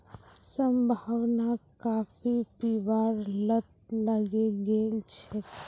संभावनाक काफी पीबार लत लगे गेल छेक